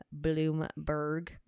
Bloomberg